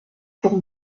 pour